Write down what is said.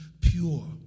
pure